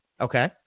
Okay